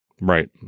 Right